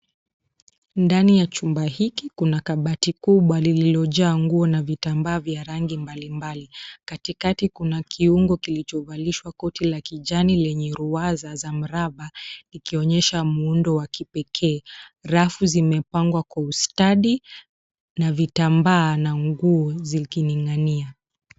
Ndani ya chumba hiki kuna kabati kubwa lililojaa nguo na vitambaa vya rangi mbalimbali. Katikati kuna kiungo kilichovalishwa koti la kijani lenye ruwaza za mraba ikionyesha muundo wa kipekee. Rafu zimepangwa kwa ustadi na vitambaa na nguo zikining'inia.